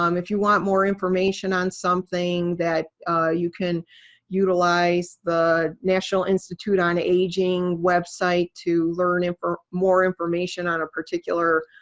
um if you want more information on something, that you can utilize the national institute on aging website to learn and more information on a particular